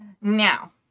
Now